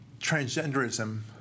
transgenderism